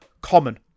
common